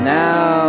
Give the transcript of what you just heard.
now